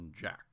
Jack